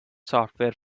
software